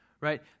right